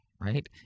Right